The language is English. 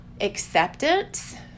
acceptance